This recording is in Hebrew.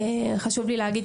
חשוב לי להגיד,